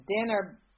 Dinner